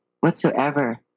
whatsoever